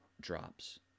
drops